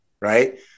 right